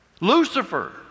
Lucifer